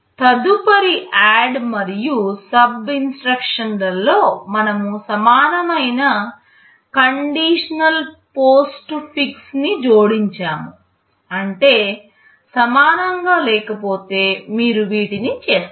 తదుపరి ADD మరియు SUB ఇన్స్ట్రక్షన్లలలో మనము సమానమైన కండిషనల్ పోస్ట్ఫిక్స్ను జోడించాము అంటే సమానంగా లేకపోతే మీరు వీటిని చేస్తారు